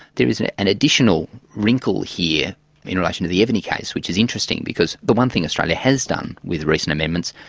there is an an additional wrinkle here in relation to the evony case which is interesting, because the one thing australia has done with recent amendments,